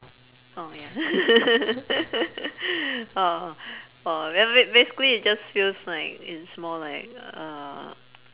orh ya uh uh ya ba~ basically it just feels like it's more like uh